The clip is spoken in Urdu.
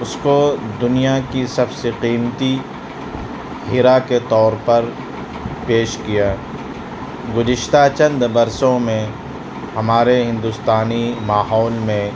اس کو دنیا کی سب سے قیمتی ہیرا کے طور پر پیش کیا گزشتہ چند برسوں میں ہمارے ہندوستانی ماحول میں